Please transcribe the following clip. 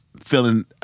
feeling